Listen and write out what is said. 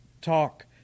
talk